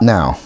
Now